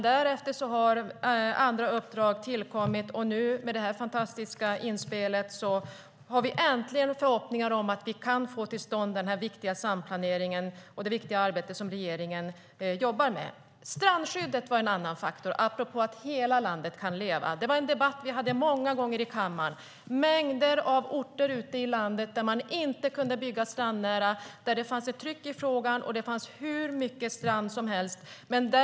Därefter har andra uppdrag tillkommit, och nu - med detta fantastiska inspel - har vi äntligen förhoppningar om att kunna få till stånd denna viktiga samplanering och det viktiga arbete som regeringen jobbar med. Strandskyddet var en annan faktor, apropå att hela landet kan leva. Det var en debatt vi hade många gånger i kammaren. Mängder av orter ute i landet, där det fanns ett tryck i frågan och hur mycket strand som helst, kunde inte bygga strandnära.